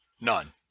None